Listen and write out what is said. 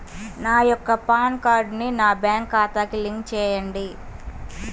నా యొక్క పాన్ కార్డ్ని నా బ్యాంక్ ఖాతాకి లింక్ చెయ్యండి?